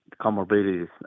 comorbidities